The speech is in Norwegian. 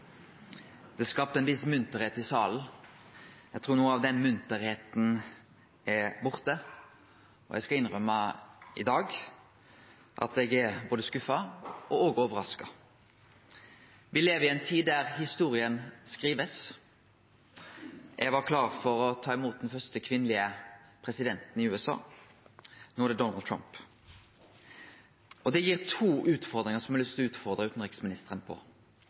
Det skapte ei viss munterheit i salen. Eg trur noko av den munterheita er borte. Eg skal innrømme i dag at eg er både skuffa og òg overraska. Me lever i ei tid da historia blir skriven. Eg var klar for å ta imot den første kvinnelege presidenten i USA. No er det Donald Trump. Det gir to utfordringar som eg har lyst til å utfordre utanriksministeren på.